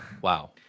wow